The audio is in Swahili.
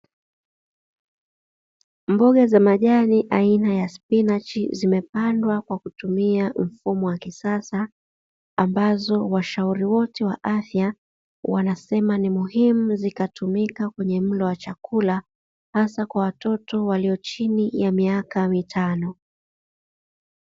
Mboga za majani aina ya spinachi zimepandwa kwa kutumia mfumo wa kisasa, ambazo washauri wote wa afya wanasema ni muhimu zikatumika kwenye mlo wa chakula hasa kwa watoto walio chini ya miaka mitano.